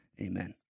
amen